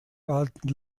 walten